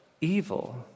evil